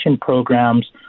programs